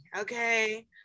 Okay